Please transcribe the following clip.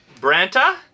Branta